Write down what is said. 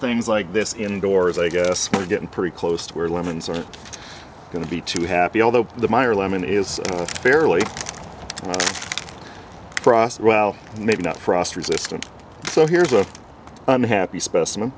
things like this indoors i guess we're getting pretty close to where lemons are going to be too happy although the minor lemon is fairly frost well maybe not frost resistant so here is a unhappy specimen